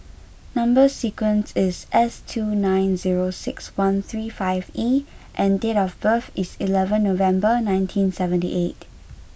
number sequence is S two nine zero six one three five E and date of birth is eleven November nineteen seventy eight